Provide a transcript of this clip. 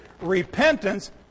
repentance